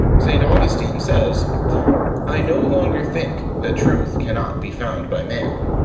st. augustine says i no longer think that truth cannot be found by man.